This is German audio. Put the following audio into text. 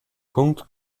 punkt